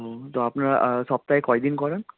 হুম তো আপনারা সপ্তাহে কয়দিন করান